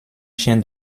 chien